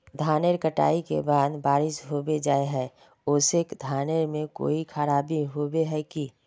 धानेर कटाई के बाद बारिश होबे जाए है ओ से धानेर में कोई खराबी होबे है की?